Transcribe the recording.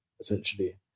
essentially